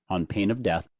on pain of death,